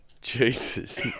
Jesus